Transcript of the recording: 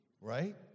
right